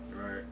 Right